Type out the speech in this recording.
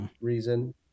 reason